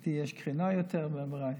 ב-CT יש קרינה יותר מ-MRI.